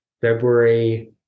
February